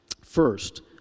First